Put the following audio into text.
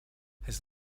his